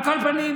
על כל פנים,